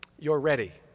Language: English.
you're ready.